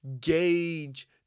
gauge